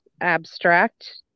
Abstract